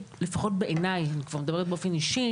בעיניי אני מדברת באופן אישי